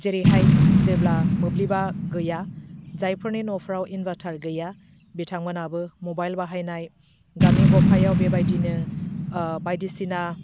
जेरैहाय जेब्ला मोब्लिबा गैया जायफोरनि न'फ्राव इनभारटार गैया बिथांमोनाबो मबाइल बाहायनाय गामि गफायाव बेबादिनो बायदिसिना